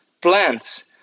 plants